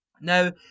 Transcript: Now